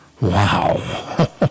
Wow